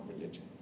religion